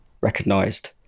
recognized